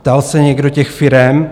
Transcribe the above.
Ptal se někdo těch firem?